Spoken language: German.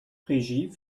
regie